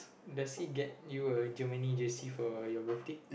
does he get you a Germany jersey for your birthday